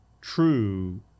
true